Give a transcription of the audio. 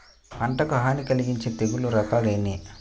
పంటకు హాని కలిగించే తెగుళ్ల రకాలు ఎన్ని?